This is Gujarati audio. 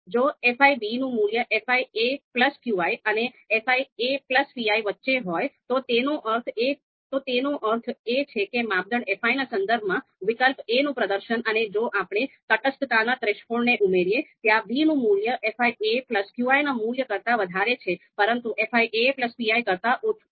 જો fi નું મૂલ્ય fiqi અને fipi વચ્ચે હોય તો તેનો અર્થ એ છે કે માપદંડ fi ના સંદર્ભમાં વિકલ્પ a નું પ્રદર્શન અને જો આપણે તટસ્થતાના થ્રેશોલ્ડને ઉમેરીએ ત્યાં b નું મૂલ્ય fiqi ના મૂલ્ય કરતાં વધારે છે પરંતુ fipi કરતાં ઓછું છે